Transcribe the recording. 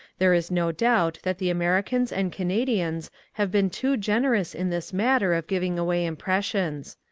there is no doubt that the americans and canadians have been too generous in this matter of giving away impressions.